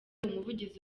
umuvugizi